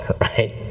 right